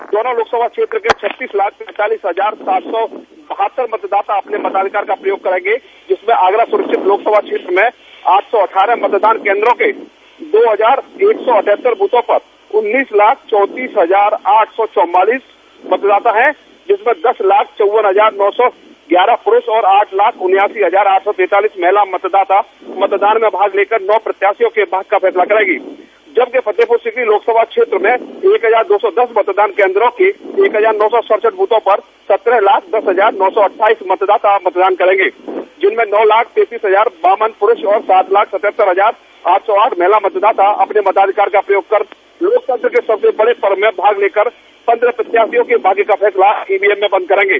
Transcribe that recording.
दोनों लोकसभा क्षेत्र के छत्तीस लाख पैतालिस हजार सात सौ बहत्तर मतदाता अपने मताधिकारी का प्रयोग करेंगे जिसमें आगरा चुरक्षित लोकसभा क्षेत्र में आठ सौ अदगारह मतदान केन्द्रों के दो हजार एक सौ अटत्तर वृथों पर उन्नीस लाख चौंतीस हजार आठ सौ चौंवालिस है जिसमें दस लाख चौंव्वन हजार नौ सौ ग्यारह पुरूष और आठ लाख उन्यासी हजार आठ सौ तिरालिस महिला मतदाता मतदानमें भाग लेकर नौ प्रत्याशियों के भाग्य का फैसला करेगी जबकि फतेहपुर सीकरी लोकसभा क्षेत्र में एक हजार दो सौ दस मतदान केन्द्रों के एक हजार नौ सौ सढ़सठ व्रथों पर संत्रह लाख दस हजार नौ सौ अठगाइस मतदाता मतदान करेंगे जिनमें नौ लाख तेतिस हजार दावन प्ररूष और साल लाख सतहत्तर हजार आठ सौ आठ महिला मतदाता अपने मताधिकार का प्रयोग कर लोकतंत्र के सबसे बड़े पर्व में भाग लेकर पन्द्रह प्रत्याशियों के भाग्य का फैसला ईवीएम में बंद करेंगे